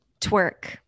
Twerk